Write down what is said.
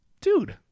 Dude